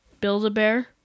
Build-A-Bear